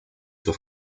with